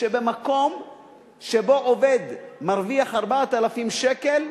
שבמקום שבו עובד מרוויח 4,000 שקל,